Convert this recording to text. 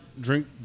Drink